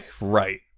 Right